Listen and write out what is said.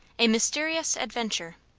a mysterious adventure.